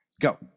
Go